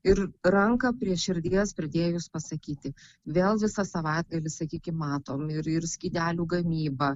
ir ranką prie širdies pridėjus pasakyti vėl visą savaitgalį sakykim matom ir ir skydelių gamybą